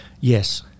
Yes